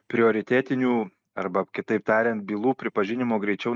prioritetinių arba kitaip tariant bylų pripažinimo greičiau